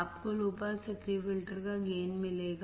आपको low pass सक्रिय filter का गेनमिलेगा